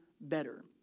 better